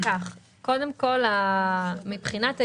מבחינת האי-שוויון,